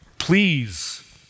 Please